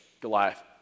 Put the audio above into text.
Goliath